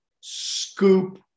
scoop